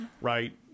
Right